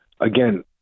again